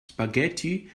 spaghetti